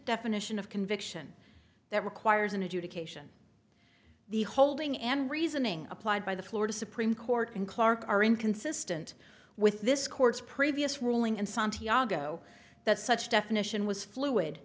conviction that requires an adjudication the holding and reasoning applied by the florida supreme court and clarke are inconsistent with this court's previous ruling in santiago that such definition was fluid